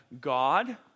God